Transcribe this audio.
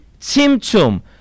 timtum